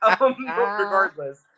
regardless